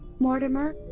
mortimer,